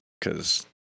Cause